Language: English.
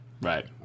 Right